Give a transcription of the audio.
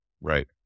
Right